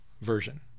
version